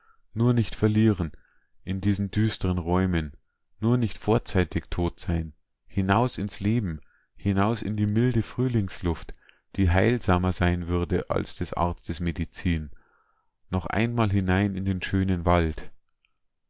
nur nicht verlieren in diesen düsteren räumen nur nicht vorzeitig tot sein hinaus ins leben hinaus in die milde frühlingsluft die heilsamer sein würde als des arztes medizin noch einmal hinein in den schönen wald